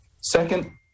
Second